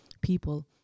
people